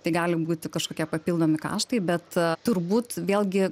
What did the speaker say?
tai gali būti kažkokie papildomi kaštai bet turbūt vėlgi